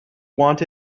want